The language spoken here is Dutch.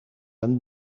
een